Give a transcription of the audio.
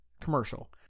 commercial